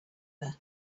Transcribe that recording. there